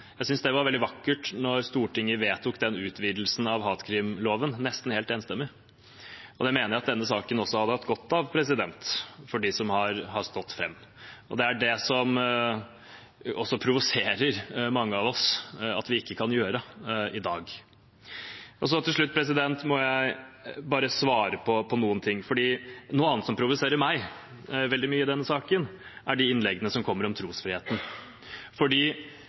Jeg synes det var veldig vakkert da Stortinget vedtok utvidelsen av hatkrimloven nesten helt enstemmig. Det mener jeg at denne saken også hadde hatt godt av for dem som har stått fram. Det er det som også provoserer mange av oss at vi ikke kan gjøre i dag. Til slutt må jeg bare svare på noe annet som provoserer meg veldig mye i denne saken, og det er de innleggene som kommer om trosfriheten.